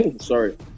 sorry